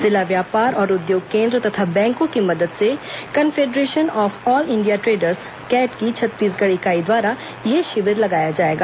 जिला व्यापार और उद्योग केंद्र तथा बैंकों की मदद से confederation of all India traders CAIT की छत्तीसगढ़ इकाई द्वारा यह शिविर लगाया जाएगा